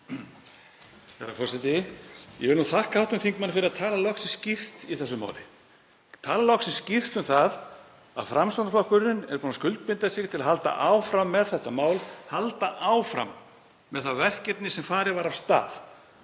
Herra forseti. Ég vil þakka hv. þingmanni fyrir að tala loksins skýrt í þessu máli, tala loksins skýrt um það að Framsóknarflokkurinn er búinn að skuldbinda sig til að halda áfram með þetta mál, halda áfram með það verkefni sem farið var af stað.